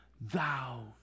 thou